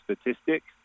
statistics